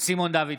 סימון דוידסון,